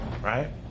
right